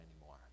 anymore